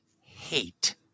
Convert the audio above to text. hate